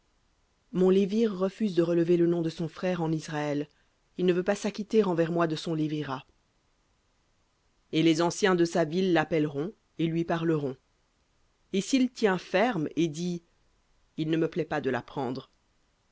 mon lévir refuse de relever le nom de son frère en israël il ne veut pas s'acquitter envers moi de son lévirat et les anciens de sa ville l'appelleront et lui parleront et s'il tient ferme et dit il ne me plaît pas de